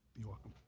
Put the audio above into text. you're welcome.